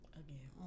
again